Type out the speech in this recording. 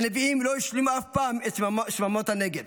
"הנביאים לא השלימו אף פעם עם שממות הנגב,